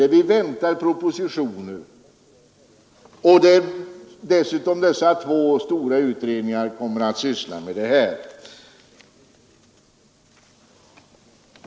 Propositioner är under utarbetande, och dessutom kommer två stora utredningar att syssla med dessa frågor.